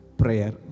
prayer